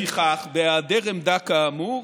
לפיכך בהיעדר עמדה כאמור,